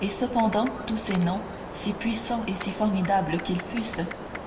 et cependant tous ces noms si puissants et si formidables qu'ils fussent